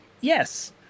yes